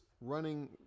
running